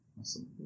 Awesome